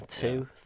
Two